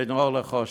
בין אור לחושך.